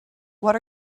what